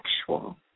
sexual